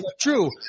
True